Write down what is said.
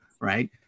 Right